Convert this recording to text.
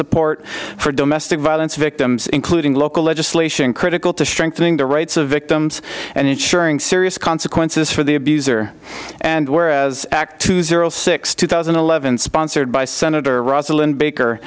support for domestic violence victims including local legislation critical to strengthening the rights of victims and ensuring serious consequences for the abuser and whereas act two zero six two thousand and eleven sponsored by senator russell and baker